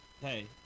Hey